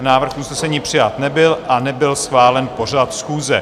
Návrh usnesení přijat nebyl a nebyl schválen pořad schůze.